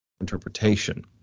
interpretation